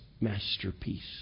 masterpiece